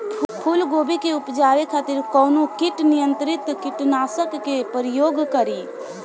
फुलगोबि के उपजावे खातिर कौन कीट नियंत्री कीटनाशक के प्रयोग करी?